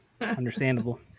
Understandable